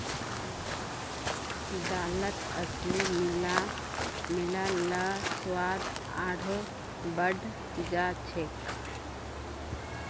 दालत अलसी मिला ल स्वाद आरोह बढ़ जा छेक